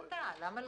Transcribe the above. תהיה גם אתה, למה לא?